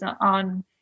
on